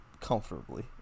comfortably